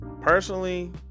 personally